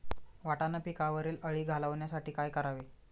वाटाणा पिकावरील अळी घालवण्यासाठी काय करावे?